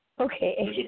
Okay